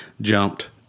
jumped